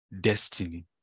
destiny